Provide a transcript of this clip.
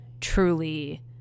truly